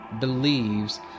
believes